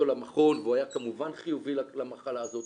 למכון והוא היה כמובן חיובי למחלה הזאת.